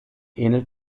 ähnelt